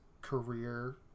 career